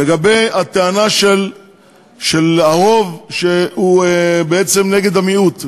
לגבי הטענה של הרוב שהוא בעצם נגד המיעוט,